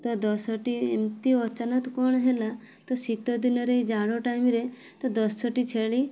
ତ ଦଶଟି ଏମିତି ଅଚାନକ୍ କ'ଣ ହେଲା ତ ଶୀତଦିନରେ ଜାଡ଼ ଟାଇମ୍ରେ ତ ଦଶଟି ଛେଳି